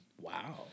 Wow